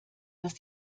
dass